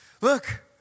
Look